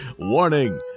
Warning